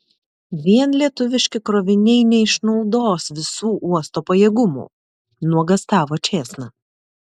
vien lietuviški kroviniai neišnaudos visų uosto pajėgumų nuogąstavo čėsna